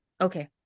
Okay